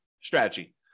strategy